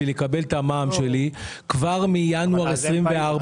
לקבל את המע"מ שלי כבר מינואר 2024,